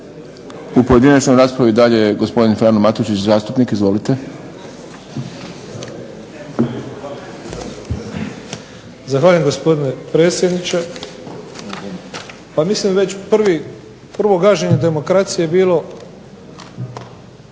U pojedinačnoj raspravi je dalje gospodin Frano Matušić. Izvolite. **Matušić, Frano (HDZ)** Zahvaljujem gospodine predsjedniče. Pa mislim već prvo gaženje demokracije je bilo